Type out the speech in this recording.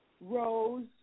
Rose